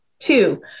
Two